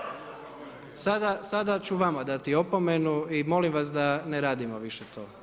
Sada ću vama dati opomenu i molim vas da ne radimo više to.